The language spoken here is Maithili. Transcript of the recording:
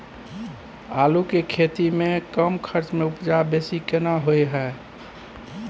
आलू के खेती में कम खर्च में उपजा बेसी केना होय है?